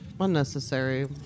Unnecessary